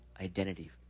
identity